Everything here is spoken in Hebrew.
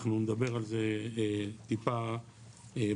אנחנו נדבר על זה טיפה בהמשך.